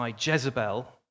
Jezebel